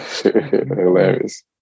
Hilarious